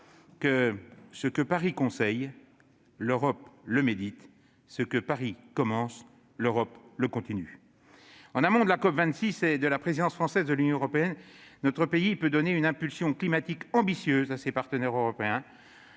« Ce que Paris conseille, l'Europe le médite ; ce que Paris commence, l'Europe le continue », disait Victor Hugo. En amont de la COP26 et de la présidence française de l'Union européenne, notre pays peut donner une impulsion climatique ambitieuse à ses partenaires européens-